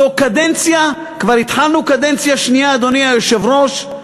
כבר התחלנו קדנציה שנייה, אדוני היושב-ראש,